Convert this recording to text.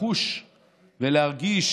לחוש ולהרגיש